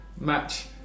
match